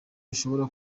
mushobora